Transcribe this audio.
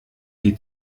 die